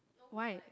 why